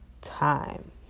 time